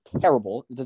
terrible